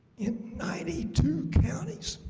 in ninety two counties